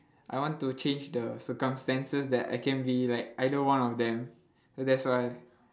I want to change the circumstances that I can be like either one of them so that's why